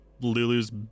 Lulu's